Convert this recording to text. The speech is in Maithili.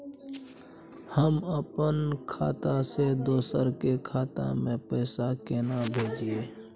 हम अपन खाता से दोसर के खाता में पैसा केना भेजिए?